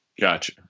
Gotcha